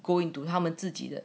go into 他们自己的